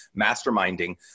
masterminding